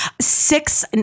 six